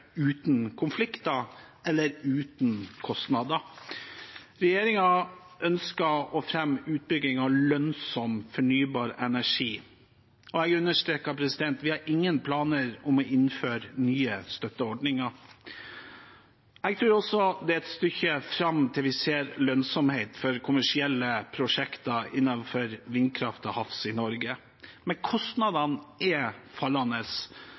uten konflikter eller uten kostnader. Regjeringen ønsker å fremme utbygging av lønnsom fornybar energi, og jeg understreker: Vi har ingen planer om å innføre nye støtteordninger. Jeg tror også det er et stykke fram til vi ser lønnsomhet for kommersielle prosjekter innenfor vindkraft til havs i Norge. Men kostnadene er fallende,